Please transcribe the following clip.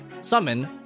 summon